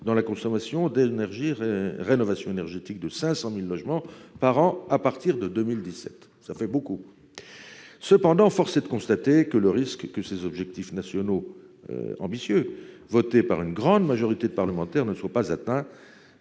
dans la consommation d'énergie ou à la rénovation énergétique de 500 000 logements par an à partir de 2017. Cela fait beaucoup. Cependant, force est de le constater, le risque que ces objectifs nationaux ambitieux votés par une grande majorité des parlementaires ne soient pas atteints